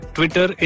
Twitter